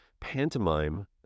pantomime